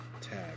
tag